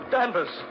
Danvers